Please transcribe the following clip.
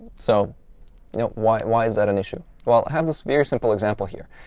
so you know why why is that an issue? well, i have this very simple example here.